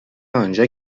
آنجا